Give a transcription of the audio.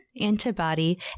antibody